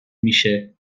میشه